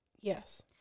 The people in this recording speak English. Yes